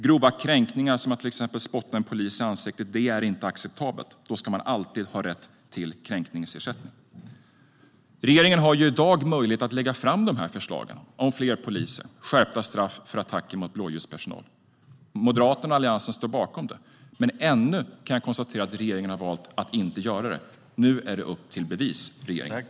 Grova kränkningar, som att till exempel spotta en polis i ansiktet, är inte acceptabelt. Då ska den utsatta alltid ha rätt till kränkningsersättning. Regeringen har i dag möjlighet att lägga fram dessa förslag om fler poliser och skärpta straff för attacker mot blåljuspersonal. Moderaterna och Alliansen står bakom dem, men jag kan konstatera att regeringen har valt att inte göra det. Nu är det upp till bevis, regeringen!